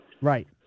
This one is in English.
Right